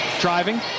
driving